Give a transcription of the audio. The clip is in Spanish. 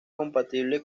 compatible